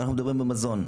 הרי אנחנו מדברים במזון,